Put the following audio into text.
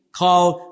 called